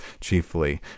chiefly